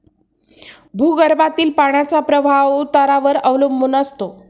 भूगर्भातील पाण्याचा प्रवाह उतारावर अवलंबून असतो